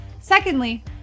Secondly